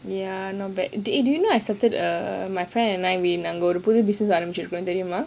ya not bad eh did you know I started a my friend and I we நாங்க ஒரு புது:naanga oru puthu business ஆரம்பிச்சி இறுக்கம் தெரியுமா:aarambichi irukkam theriyumaa